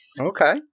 Okay